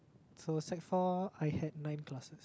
so sec-four I had nine classes